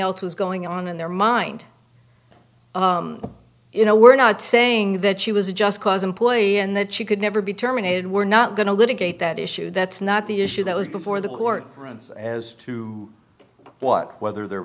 else was going on in their mind you know we're not saying that she was a just cause employee and that she could never be terminated we're not going to litigate that issue that's not the issue that was before the court rooms as to what whether they're